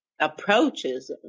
approaches